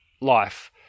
life